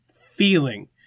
feeling